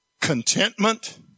contentment